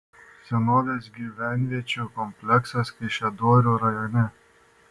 senovės gyvenviečių kompleksas kaišiadorių rajone